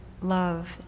love